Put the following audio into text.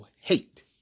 hate